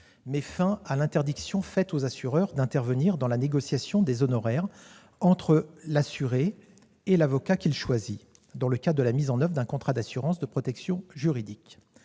met fin à l'interdiction faite aux assureurs d'intervenir dans la négociation des honoraires entre l'assuré et l'avocat qu'il choisit, dans le cadre de la mise en oeuvre d'un contrat d'assurance de protection juridique.